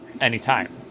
anytime